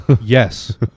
yes